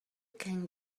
can